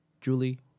Julie